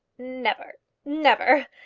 never never!